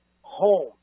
home